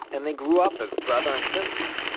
and they grow up as brother and sister.